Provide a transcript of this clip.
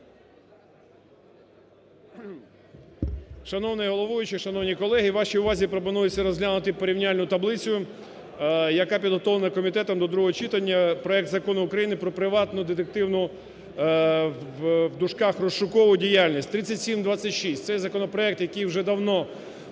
Шановний головуючий! Шановні колеги! вашій увазі пропонується розглянути Порівняльну таблицю, яка підготована комітетом до другого читання, Проект Закону про приватну детективну (розшукову) діяльність (3726). Це законопроект, який вже давно готовий